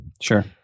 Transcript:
sure